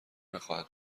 نخواهد